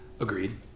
Agreed